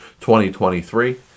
2023